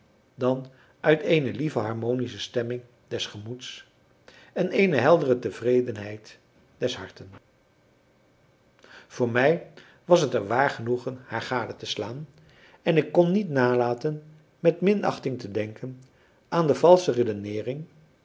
dan uit eene lieve harmonische stemming des gemoeds en eene heldere tevredenheid des harten voor mij was het een waar genoegen haar gade te slaan en ik kon niet nalaten met minachting te denken aan de valsche redeneering